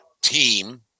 team